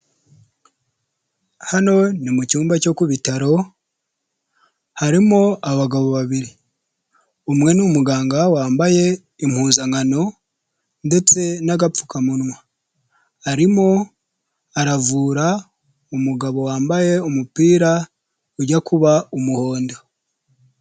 Hano ni mu cyumba cyo ku bitaro, harimo abagabo babiri. Umwe ni umuganga wambaye impuzankano ndetse n'agapfukamunwa. Arimo aravura umugabo wambaye umupira ujya kuba umuhondo.